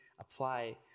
apply